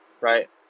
Right